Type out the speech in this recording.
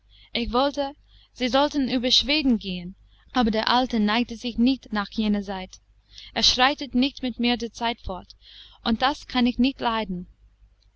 ich wollte sie sollten über schweden gehen aber der alte neigte sich nicht nach jener seite er schreitet nicht mit der zeit fort und das kann ich nicht leiden